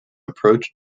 approach